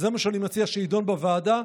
זה מה שאני מציע שיידון בוועדה,